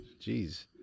Jeez